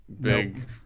big